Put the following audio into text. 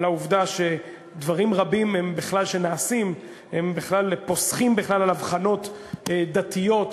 על העובדה שדברים רבים שנעשים בכלל פוסחים על הבחנות דתיות,